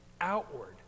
outward